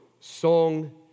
song